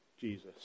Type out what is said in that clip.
Jesus